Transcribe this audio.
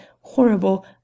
horrible